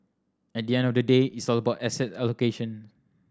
at the end of the day it's all about asset allocation